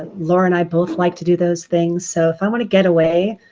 laura and i both like to do those things. so if i want to get away,